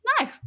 no